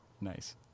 Nice